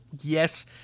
Yes